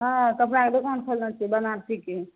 हँ कपड़ाके दोकान खोलने छियै बनारसीके